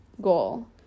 goal